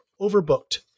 Overbooked